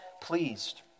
pleased